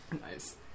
Nice